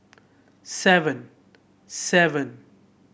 seven seven